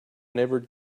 never